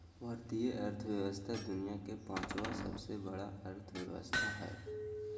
भारतीय अर्थव्यवस्था दुनिया के पाँचवा सबसे बड़ा अर्थव्यवस्था हय